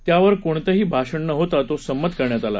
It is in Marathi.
त्यावर कोणतीही भाषणे न होता तो सामंत करण्यात आला